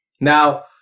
Now